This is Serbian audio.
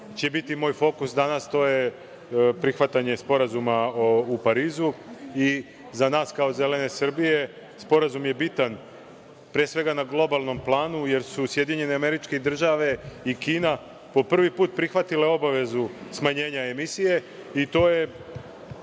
će biti moj fokus danas to je prihvatanje Sporazuma u Parizu. Za nas kao Zelene Srbije sporazum je bitan, pre svega na globalnom planu, jer su SAD i Kina prvi put prihvatile obavezu smanjenja emisije i to bismo